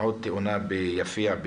עוד תאונה ביפיע,